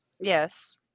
Yes